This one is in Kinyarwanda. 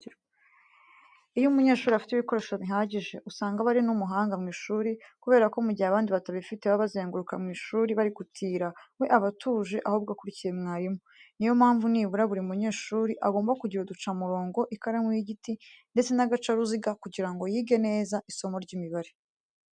Iyo umunyeshuri afite ibikoresho bihagije usanga aba ari n'umuhanga mu ishuri kubera ko mu gihe abandi batabifite baba bazenguruka ishuri bari gutira, we aba atuje ahubwo akurikiye mwarimu. Niyo mpamvu nibura buri munyeshuri agomba kugira uducamurongo, ikaramu y'igiti ndetse n'agacaruziga kugira ngo yige neza isomo ry'imibare.